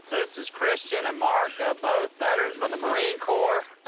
this is christian and mark, both veterans from the marine corps, ah,